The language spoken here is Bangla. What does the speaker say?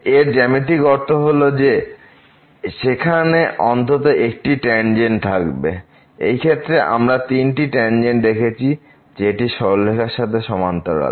এর জ্যামিতিক অর্থ হলো যে সেখানে অন্তত একটি ট্যানজেন্ট থাকবে এই ক্ষেত্রে আমরা তিনটে ট্যানজেন্ট দেখেছি জেটি এই সরলরেখার সাথে সমান্তরাল